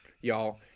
y'all